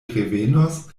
revenos